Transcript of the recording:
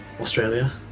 Australia